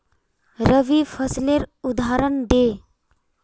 रवि फसलेर उदहारण दे?